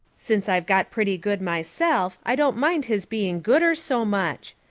since i've got pretty good myself i don't mind his being gooder so much.